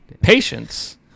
Patience